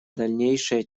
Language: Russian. дальнейшее